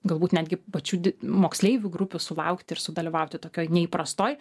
galbūt netgi pačių moksleivių grupių sulaukti ir sudalyvauti tokioj neįprastoj